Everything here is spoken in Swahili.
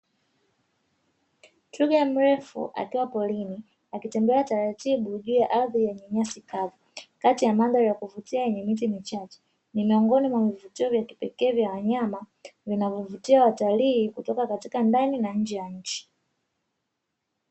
Twiga mrefu akiwa porini akitembea taratibu juu ya ardhi yenye nyasi kavu, kati ya mandhari ya kuvutia yenye miti michache ni miongoni mwa vivutio vya kipekee vya wanyama vinavyovutia watalii kutoka katika ndani na nje ya nchi.